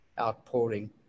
outpouring